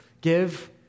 give